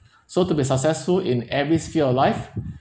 so to be successful in every sphere of life